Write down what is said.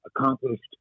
accomplished